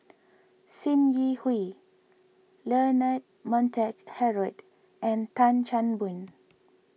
Sim Yi Hui Leonard Montague Harrod and Tan Chan Boon